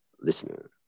listener